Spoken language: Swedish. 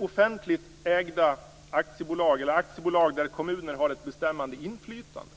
Offentligt ägda aktiebolag, aktiebolag där kommuner har ett bestämmandeinflytande,